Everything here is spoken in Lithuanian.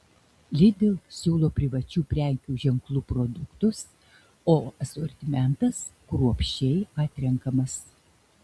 lidl siūlo privačių prekių ženklų produktus o asortimentas kruopščiai atrenkamas